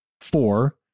four